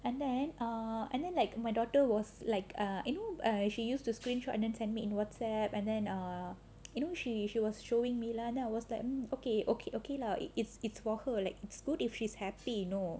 and then err and then like my daughter was like err you know uh she used to screenshot and send me in WhatsApp and then err you know she she was showing me lah then I was like okay okay okay lah it it's it's for her like it's good if he's happy you know